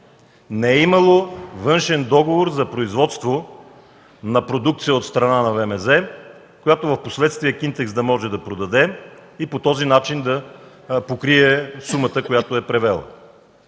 не е имало външен договор за производство на продукция от страна на ВМЗ, която впоследствие „Кинтекс” да може да продаде и по този начин да покрие сумата, която е превела.